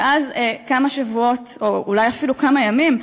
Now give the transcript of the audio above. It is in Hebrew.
ואז כמה שבועות או אולי אפילו כמה ימים,